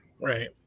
Right